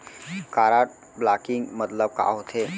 Card blocking मतलब का होथे?